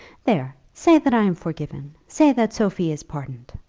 there say that i am forgiven say that sophie is pardoned.